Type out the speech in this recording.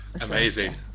Amazing